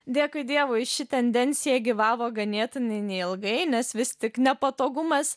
dėkui dievui ši tendencija gyvavo ganėtinai neilgai nes vis tik nepatogumas